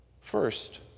First